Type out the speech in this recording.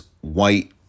white